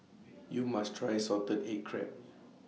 YOU must Try Salted Egg Crab